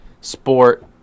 sport